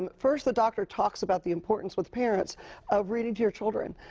first, the doctor talks about the importance with parents of reading to your children,